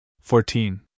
fourteen